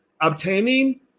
obtaining